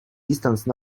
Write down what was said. distance